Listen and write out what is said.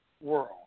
world